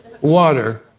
water